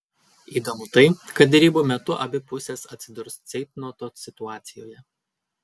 įdomu tai kad derybų metu abi pusės atsidurs ceitnoto situacijoje